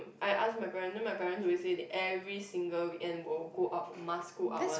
I ask my parent then my parent will say that every single weekend will go out must go out one